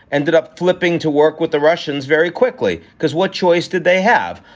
ended up flipping to work with the russians very quickly, because what choice did they have?